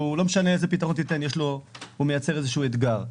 לא משנה איזה פתרון תיתן, הוא מייצר איזשהו אתגר.